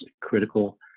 critical